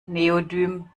neodym